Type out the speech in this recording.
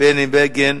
בני בגין